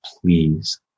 please